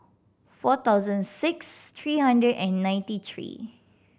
forty thousand six three hundred and ninety three